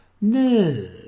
No